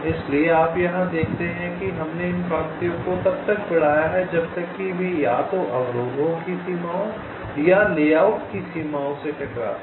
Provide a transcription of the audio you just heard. इसलिए आप यहां देखते हैं कि हमने इन पंक्तियों को तब तक बढ़ाया है जब तक कि वे या तो अवरोधों की सीमाओं या लेआउट की सीमाओं से टकराते हैं